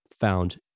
found